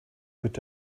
could